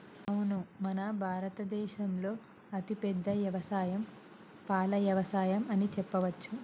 అవును మన భారత దేసంలో అతిపెద్ద యవసాయం పాల యవసాయం అని చెప్పవచ్చు